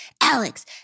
Alex